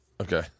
Okay